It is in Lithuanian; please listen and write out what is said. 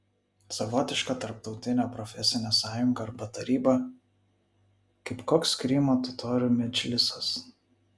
savotiška tarptautinė profesinė sąjunga arba taryba kaip koks krymo totorių medžlisas